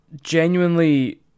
genuinely